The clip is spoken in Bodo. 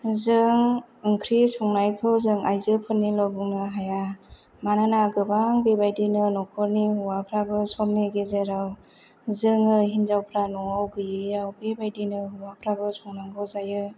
जों ओंख्रि संनायखौ जों आइजोफोरनिल' बुंनो हाया मानोना गोबां बेबायदिनो नखरनि हौवाफ्राबो समनि गेजेराव जोङो हिन्जावफ्रा न'आव गैयैयाव बेबादिनो हौवाफ्राबो संनांगौ जायो